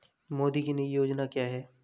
मोदी की नई योजना क्या है?